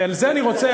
ועל זה אני רוצה,